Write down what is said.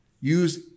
Use